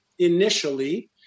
Initially